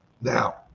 Now